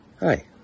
Hi